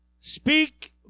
speak